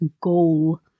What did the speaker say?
goal